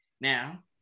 now